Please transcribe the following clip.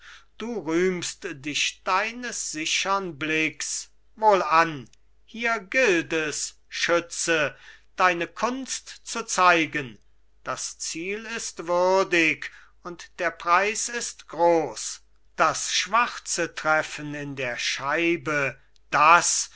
du rühmst dich deines sichern blicks wohlan hier gilt es schütze deine kunst zu zeigen das ziel ist würdig und der preis ist gross das schwarze treffen in der scheibe das